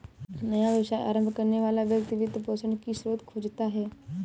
नया व्यवसाय आरंभ करने वाला व्यक्ति वित्त पोषण की स्रोत खोजता है